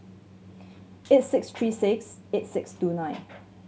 eight six three six eight six two nine